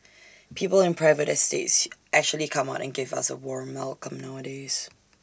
people in private estates actually come out and give us A warm welcome nowadays